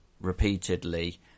repeatedly